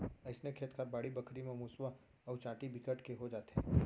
अइसने खेत खार, बाड़ी बखरी म मुसवा अउ चाटी बिकट के हो जाथे